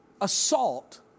assault